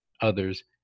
others